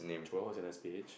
Joel was in the speech